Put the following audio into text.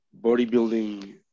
bodybuilding